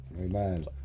Amen